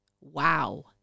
Wow